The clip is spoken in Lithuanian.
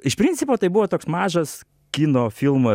iš principo tai buvo toks mažas kino filmo